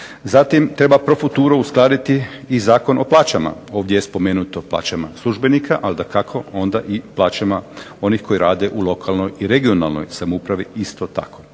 Zatim treba pro futuro uskladiti i Zakon o plaćama, ovdje je spomenut o plaćama službenika, ali dakako onda i plaćama onih koji rade u lokalnoj i regionalnoj samoupravi isto tako,